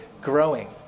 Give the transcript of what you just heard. growing